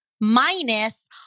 minus